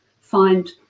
find